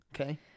Okay